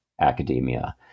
academia